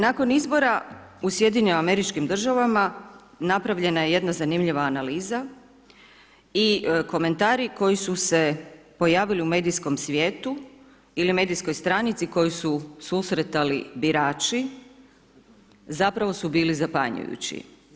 Nakon izbora u SAD-u napravljena je jedna zanimljiva analiza i komentari koji su se pojavili u medijskom svijetu ili medijskoj stranici koji su susretali birači, zapravo su bili zapanjujući.